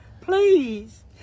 Please